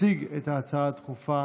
יציג הצעה דחופה